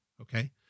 okay